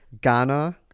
Ghana